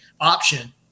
option